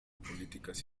políticas